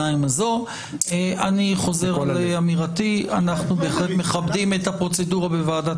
אנחנו בהחלט מכבדים את הפרוצדורה בוועדת